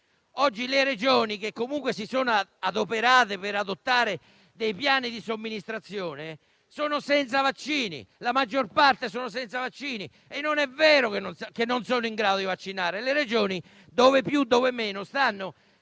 Oggi, le Regioni, che comunque si sono adoperate per adottare dei piani di somministrazione, sono senza vaccini. La maggior parte è senza vaccini. Non è vero che non sono in grado di vaccinare. Le Regioni, dove più, dove meno, stanno